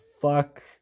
fuck